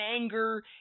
anger